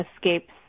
escapes